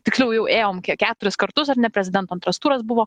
tiksliau jau ėjom keturis kartus ar ne prezidento antras turas buvo